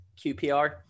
QPR